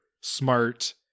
smart